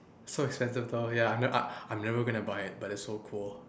so expensive though ya I am never gonna buy it but is so cool